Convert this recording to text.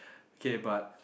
K but